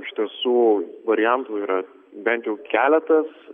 iš tiesų variantų yra bent jau keletas